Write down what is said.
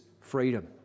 freedom